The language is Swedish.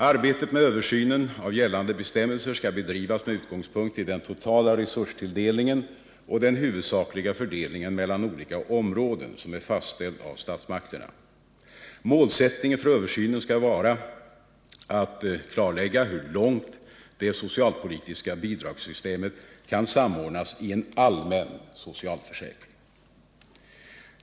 Arbetet med översynen av gällande bestämmelser skall bedrivas med utgångspunkt i den totala resurstilldelningen och den huvudsakliga fördelningen mellan olika områden som är fastställd av statsmakterna. Målet för översynen skall vara att klarlägga hur långt det socialpolitiska bidragssystemet kan samordnas i en allmän socialförsäkring.